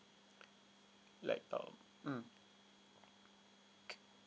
like um mm okay